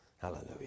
Hallelujah